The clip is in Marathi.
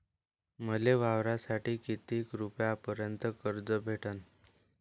मले वावरासाठी किती रुपयापर्यंत कर्ज भेटन?